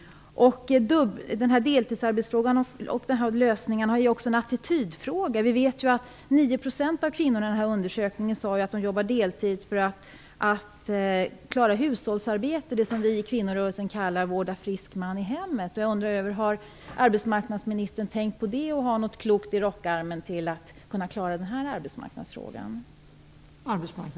Lösningen på deltidsarbetsfrågan är också en attitydfråga. Vi vet ju att 9 % av kvinnorna i den här undersökningen sade att de jobbar deltid för att klara hushållsarbetet, det som vi i kvinnorörelsen kallar vård av frisk man i hemmet. Har arbetsmarknadsministern tänkt på det? Har han något klokt i rockärmen för att kunna klara den arbetsmarknadsfrågan?